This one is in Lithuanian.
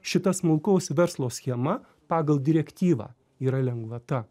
šita smulkaus verslo schema pagal direktyvą yra lengvata